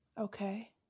Okay